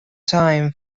time